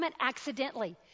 accidentally